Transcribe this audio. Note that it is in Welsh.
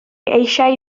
eisiau